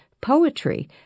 poetry